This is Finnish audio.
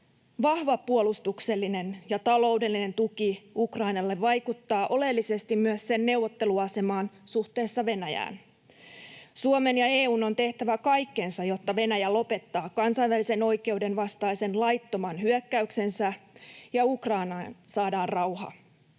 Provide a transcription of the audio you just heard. Vahva puolustuksellinen ja taloudellinen tuki Ukrainalle vaikuttaa oleellisesti myös sen neuvotteluasemaan suhteessa Venäjään. Suomen ja EU:n on tehtävä kaikkensa, jotta Venäjä lopettaa kansainvälisen oikeuden vastaisen laittoman hyökkäyksensä ja Ukrainaan saadaan rauha.